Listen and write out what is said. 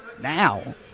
Now